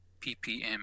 PPM